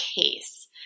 case